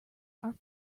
are